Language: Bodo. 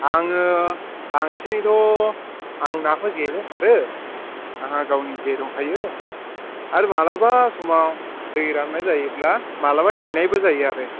आङो बांसिनैथ' आं नाखौ जेजों सारो आंहा गावनि जे दंखायो आरो माब्लाबा समाव दै राननाय जायोब्ला माब्लाबा थेनायबो जायो आरो